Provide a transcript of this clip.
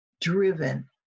driven